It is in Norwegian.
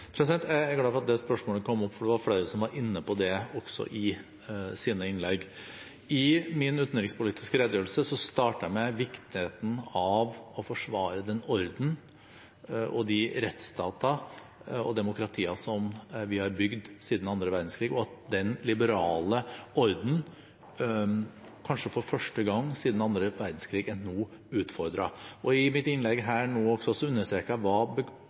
Jeg er glad for at det spørsmålet kom opp, for det var flere som var inne på det i sine innlegg. I min utenrikspolitiske redegjørelse startet jeg med viktigheten av å forsvare den orden og de rettsstater og demokratier vi har bygd siden annen verdenskrig, og at den liberale orden kanskje for første gang siden annen verdenskrig er utfordret nå. I mitt innlegg her nå understreket jeg hva denne liberale orden består i. Den består også